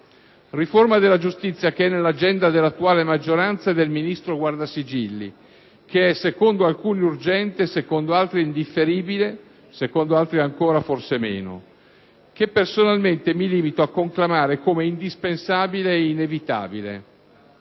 Riforma della giustizia che è nell'agenda dell'attuale maggioranza e del Ministro Guardasigilli; che è secondo alcuni urgente, secondo altri indifferibile (per altri ancore forse meno); che, personalmente, mi limito a conclamare come indispensabile e inevitabile